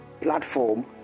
platform